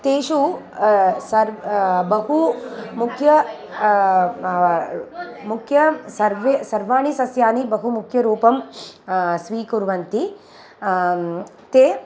तेषु सर्व् बहु मुख्य मुख्य सर्वे सर्वाणि सस्यानि बहु मुख्यरूपं स्वीकुर्वन्ति ते